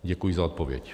Děkuji za odpověď.